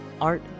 art